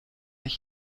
ich